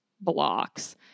blocks